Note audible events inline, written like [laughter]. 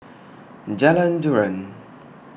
[noise] Jalan Joran